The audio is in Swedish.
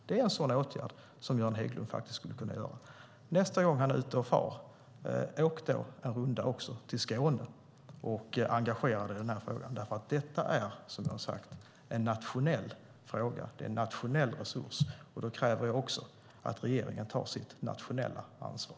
Det är en sådan åtgärd som Göran Hägglund faktiskt skulle kunna vidta. Nästa gång du är ute och far, åk då en runda också till Skåne och engagera dig i den här frågan! Detta är som jag har sagt en nationell fråga. Det är en nationell resurs, och då kräver jag också att regeringen tar sitt nationella ansvar.